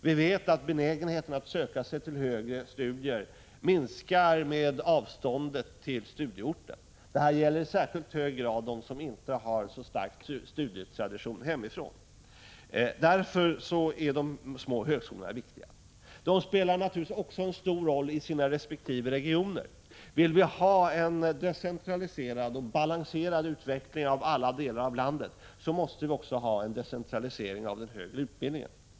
Vi vet att benägenheten att söka sig till högre studier minskar med avståndet till studieorten. Detta gäller i särskilt hög grad de som inte har så stark studietradition hemifrån. De små högskolorna är därför viktiga. De spelar naturligtvis också en stor roll inom sina resp. regioner. Vill vi ha en decentraliserad och balanserad utveckling i alla delar av landet, måste vi också decentralisera den högre utbildningen.